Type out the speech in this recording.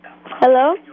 Hello